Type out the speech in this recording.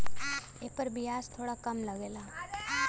एपर बियाज थोड़ा कम लगला